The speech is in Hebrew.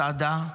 מסעדה,